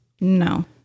No